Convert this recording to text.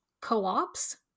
co-ops